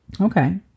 okay